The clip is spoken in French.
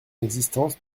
existence